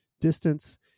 distance